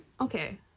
Okay